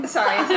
Sorry